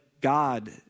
God